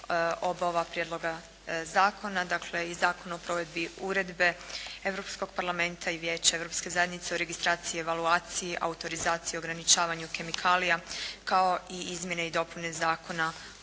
oba ova prijedloga zakona, dakle i Zakon o provedbi uredbe Europskog parlamenta i Vijeća Europske zajednice o registraciji, evaluaciji, autorizaciji i ograničavanju kemikalija kao i izmjene i dopune Zakona o